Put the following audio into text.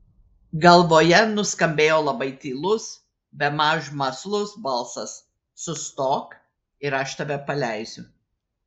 galvoje nuskambėjo labai tylus bemaž mąslus balsas sustok ir aš tave paleisiu